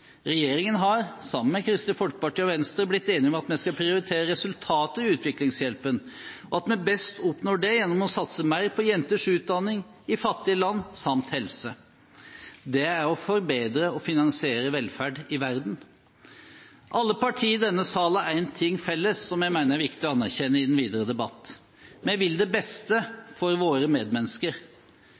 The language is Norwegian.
Regjeringen har sammen med Kristelig Folkeparti og Venstre blitt enige om at vi skal prioritere resultater i utviklingshjelpen, og at vi best oppnår det gjennom å satse mer på jenters utdanning i fattige land – samt helse. Det er å forbedre og finansiere velferd i verden. Alle partiene i denne sal har én ting felles, som jeg mener er viktig å anerkjenne i den videre debatten: Vi vil det beste for våre medmennesker.